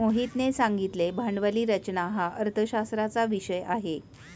मोहितने सांगितले भांडवली रचना हा अर्थशास्त्राचा विषय आहे